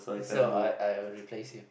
so I I will replace you